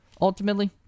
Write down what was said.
ultimately